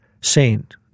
saint